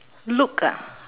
look ah